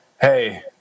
hey